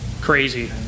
crazy